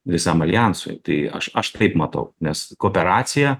visam aljansui tai aš aš taip matau nes kooperacija